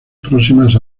próximas